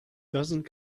doesn’t